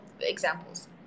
examples